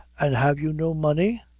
an' have you no money?